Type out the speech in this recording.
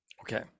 Okay